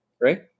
Right